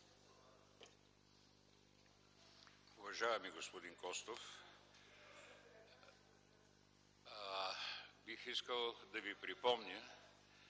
Уважаеми господин Костов, бих искал да Ви припомня,